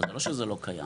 אז זה לא שזה לא קיים.